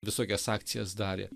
visokias akcijas darė